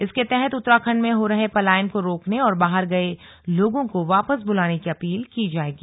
इसके तहत उत्तराखंड में हो रहे पलायन को रोकने और बाहर गए लोगों को वापस बूलाने की अपील की जाएगी